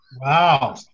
Wow